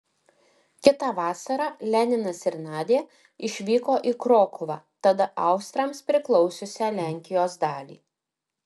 kitą vasarą leninas ir nadia išvyko į krokuvą tada austrams priklausiusią lenkijos dalį